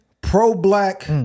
pro-black